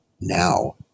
now